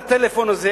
לפרוץ את הטלפון הזה,